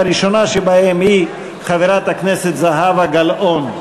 והראשונה שבהן היא חברת הכנסת זהבה גלאון.